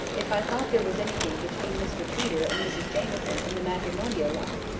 if i thought there was anything between mr peter and mrs jamieson in the matrimonial line,